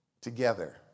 together